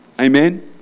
Amen